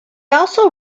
also